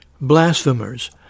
Blasphemers